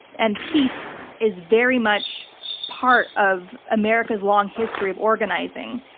and peace is very much part of america's long history of organizing.